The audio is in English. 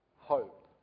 hope